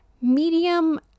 Medium